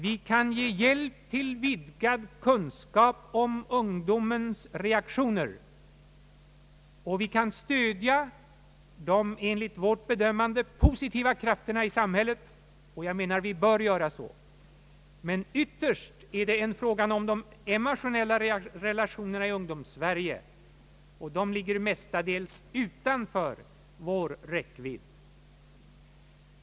Vi kan ge hjälp till vidgad kunskap om ungdomens reaktioner, och vi kan stödja de enligt vårt bedömande positiva krafterna i samhället — och vi bör göra det. Men ytterst är det en fråga om de emotionella relationerna i Ungdomssverige, och de ligger mestadels utanför vår räckvidd.